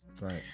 Right